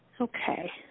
Okay